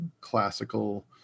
classical